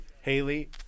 Haley